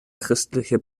christliche